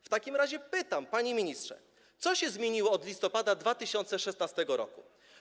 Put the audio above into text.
W takim razie pytam: Panie ministrze, co się zmieniło od listopada 2016 r.